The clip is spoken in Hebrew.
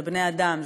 זה בני-אדם,